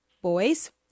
boys